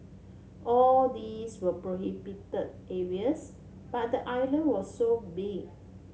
all these were prohibited areas but the island was so big